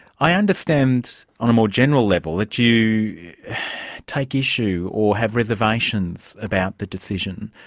i understand, on a more general level, that you take issue or have reservations about the decision.